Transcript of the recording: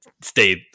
stay